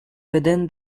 within